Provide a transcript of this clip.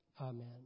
Amen